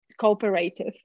cooperative